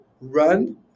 run